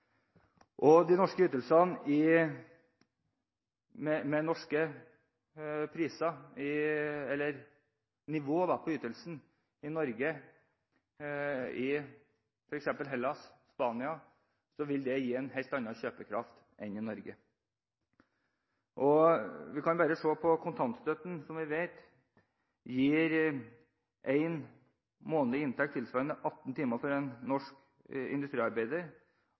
og det norske nivået på ytelsene vil f.eks. i Hellas eller Spania gi en helt annen kjøpekraft enn i Norge. Vi kan se på kontantstøtten, som vi vet gir én månedlig inntekt tilsvarende 18 timers arbeid for en norsk industriarbeider,